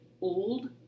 old